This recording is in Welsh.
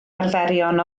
arferion